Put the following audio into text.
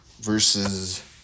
versus